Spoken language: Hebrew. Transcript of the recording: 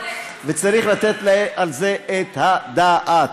וצריך לתת על זה את הדעת.